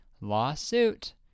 Lawsuit